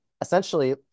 Essentially